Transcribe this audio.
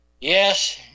Yes